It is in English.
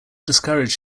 discourage